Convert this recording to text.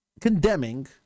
condemning